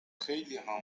خیلیها